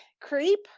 creep